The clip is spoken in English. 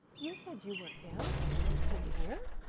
you said you were ill and then came here!